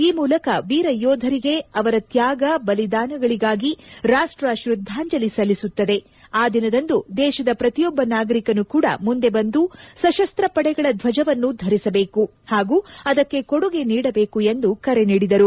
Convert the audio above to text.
ಈ ಮೂಲಕ ವೀರ ಯೋಧರಿಗೆ ಅವರ ತ್ಕಾಗ ಬಲಿದಾನಗಳಿಗಾಗಿ ರಾಷ್ಟ ಶ್ರದ್ಧಾಂಜಲಿ ಸಲ್ಲಿಸುತ್ತದೆ ಆ ದಿನದಂದು ದೇಶದ ಪ್ರತಿಯೊಬ್ಬ ನಾಗರಿಕನು ಕೂಡ ಮುಂದೆ ಬಂದು ಸಶಸ್ತ್ರ ಪಡೆಗಳ ದ್ವಜವನ್ನು ಧರಿಸಬೇಕು ಹಾಗೂ ಅದಕ್ಕೆ ಕೊಡುಗೆ ನೀಡಬೇಕು ಎಂದು ಕರೆ ನೀಡಿದರು